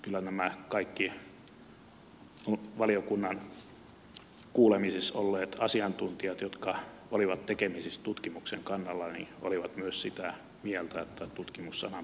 kyllä nämä kaikki valiokunnan kuulemisissa olleet asiantuntijat jotka olivat tekemisissä tutkimuksen kanssa olivat myös sitä mieltä että tutkimus sanan pitää näkyä